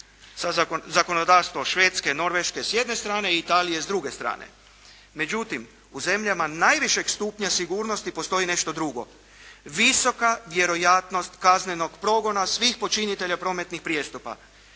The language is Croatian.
sa zakonodavstvom Švedske, Norveške s jedne strane i Italije s druge strane. Međutim, u zemljama najvišeg stupnja sigurnosti postoji nešto drugo – visoka vjerojatnost kaznenog progona svih počinitelja prometnih prijestupa,